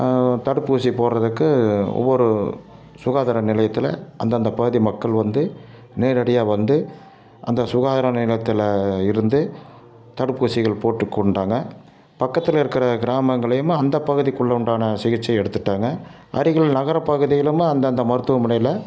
தடுப்பூசி போடறத்துக்கு ஒவ்வொரு சுகாதார நிலையத்தில் அந்தந்த பகுதி மக்கள் வந்து நேரடியாக வந்து அந்த சுகாதார நிலையத்தில் இருந்து தடுப்பூசிகள் போட்டு கொண்டாங்க பக்கத்தில் இருக்கிற கிராமங்கள்லையுமே அந்த பகுதிக்குள்ள உண்டான சிகிச்சை எடுத்துகிட்டாங்க அருகில் நகர பகுதியிலியும் அந்தந்த மருத்துவமனையில்